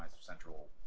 central